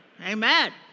Amen